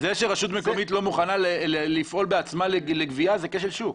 זה שרשות מקומית לא מוכנה לפעול בעצמה לגבייה זה כשל שוק.